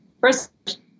first